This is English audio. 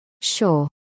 Sure